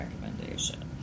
recommendation